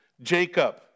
Jacob